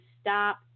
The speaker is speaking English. stop